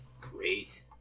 great